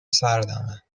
سردمه